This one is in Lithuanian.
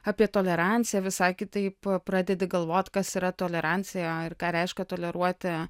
apie toleranciją visai kitaip pradedi galvot kas yra tolerancija ir ką reiškia toleruoti